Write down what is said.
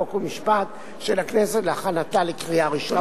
חוק ומשפט של הכנסת להכנתה לקריאה ראשונה.